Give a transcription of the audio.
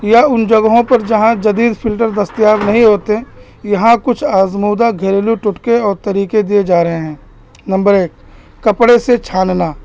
یا ان جگہوں پر جہاں جدید فلٹر دستیاب نہیں ہوتے یہاں کچھ آزمودہ گھریلو ٹکے اور طریقے دیے جا رہے ہیں نمبر ایک کپڑے سے چھاننا